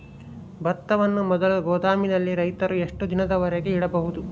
ಭತ್ತವನ್ನು ಮೊದಲು ಗೋದಾಮಿನಲ್ಲಿ ರೈತರು ಎಷ್ಟು ದಿನದವರೆಗೆ ಇಡಬಹುದು?